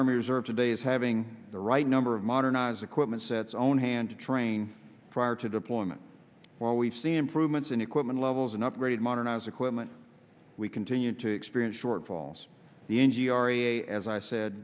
army reserve today is having the right number of modernize equipment sets own hand to train prior to deployment while we've seen improvements in equipment levels and upgrade modernize equipment we continue to experience shortfalls the n g r a as i said